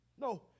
No